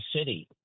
city